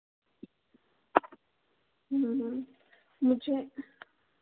मुझे